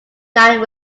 nine